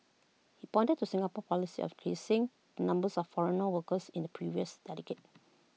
he pointed to Singapore's policy of increasing the numbers of foreigner workers in the previous dedicate